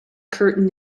curtain